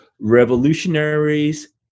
Revolutionaries